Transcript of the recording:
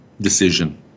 decision